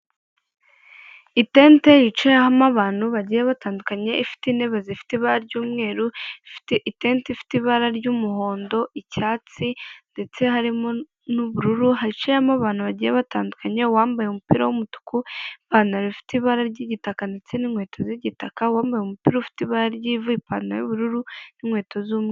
Itente yicayemo abantu bagiye batandukanye ifite intebe zifite ibara ry'umweru ifite itente ifite ibara ry'umuhondo icyatsi ndetse harimo n'ubururu hacayemo abantu bagiye batandukanye uwambaye umupira w'umutuku, ipantaro ifite ibara ry'igitaka ndetse n'inkweto z'igitaka wambaye umupira ufite ibara ry'ivu ipanta y'ubururu n'inkweto zumye.